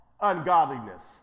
ungodliness